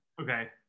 Okay